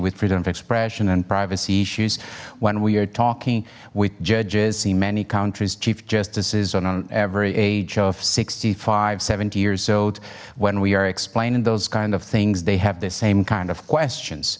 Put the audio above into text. with freedom of expression and privacy issues when we are talking with judges in many countries chief justices on on every age of sixty five seventy years old when we are explaining those kind of things they have the same kind of questions